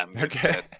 okay